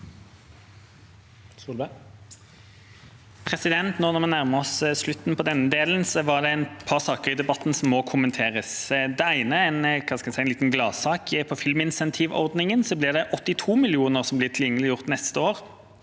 Når vi nå nærmer oss slutten på denne delen, er det et par saker i debatten som må kommenteres. Det ene er en liten gladsak: På filminsentivordningen er det 82 mill. kr som blir tilgjengeliggjort neste år.